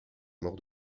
mort